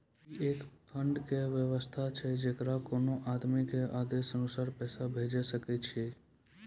ई एक फंड के वयवस्था छै जैकरा कोनो आदमी के आदेशानुसार पैसा भेजै सकै छौ छै?